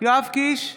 יואב קיש,